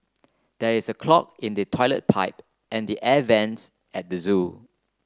there is a clog in the toilet pipe and the air vents at the zoo